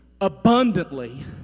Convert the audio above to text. abundantly